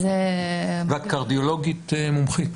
ואת קרדיולוגית מומחית?